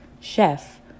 Chef